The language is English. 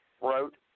Wrote